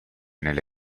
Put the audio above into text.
nelle